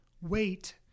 wait